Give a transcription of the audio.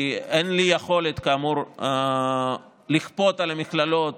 כי כאמור, אין לי יכולת לכפות על המכללות